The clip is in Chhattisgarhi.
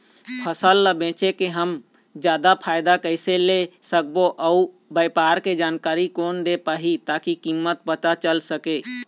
फसल ला बेचे के हम जादा फायदा कैसे ले सकबो अउ व्यापार के जानकारी कोन दे पाही ताकि कीमत पता चल सके?